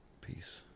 Peace